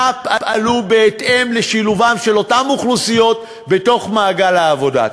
נא פעלו לשילובן של אותן אוכלוסיות במעגל העבודה.